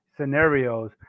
scenarios